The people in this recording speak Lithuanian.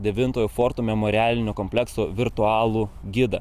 devintojo forto memorialinio komplekso virtualų gidą